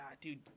dude